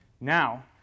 now